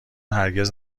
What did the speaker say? هرگز